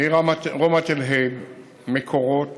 מרומת אל-הייב, ממקורות